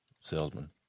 salesman